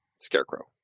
Scarecrow